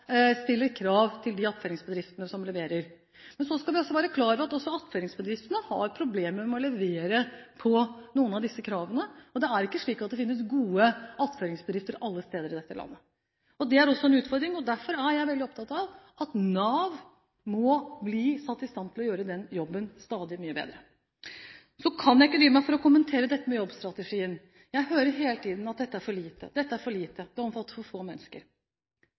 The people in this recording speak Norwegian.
også attføringsbedriftene har problemer med å levere når det gjelder noen av disse kravene. Det er ikke slik at det finnes gode attføringsbedrifter alle steder i dette landet. Det er også en utfordring. Derfor er jeg veldig opptatt av at Nav må bli satt i stand til å gjøre den jobben stadig mye bedre. Så kan jeg ikke dy meg for å kommentere Jobbstrategien. Jeg hører hele tiden at dette er for lite, det omfatter for få mennesker.